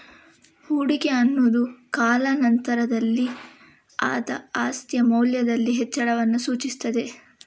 ಹೂಡಿಕೆ ಅನ್ನುದು ಕಾಲಾ ನಂತರದಲ್ಲಿ ಆದ ಆಸ್ತಿಯ ಮೌಲ್ಯದಲ್ಲಿನ ಹೆಚ್ಚಳವನ್ನ ಸೂಚಿಸ್ತದೆ